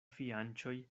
fianĉoj